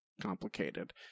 complicated